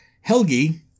Helgi